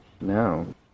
no